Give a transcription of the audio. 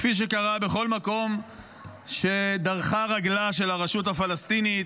כפי שקרה בכל מקום שבו דרכה רגלה של הרשות הפלסטינית,